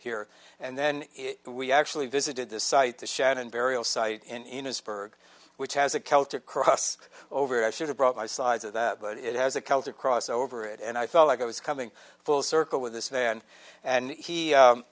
here and then we actually visited this site the shannon burial site in a spur which has a celtic cross over it i should have brought my sides of that but it has a celtic cross over it and i felt like i was coming full circle with this man and he